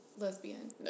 lesbian